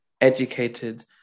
educated